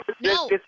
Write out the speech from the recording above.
no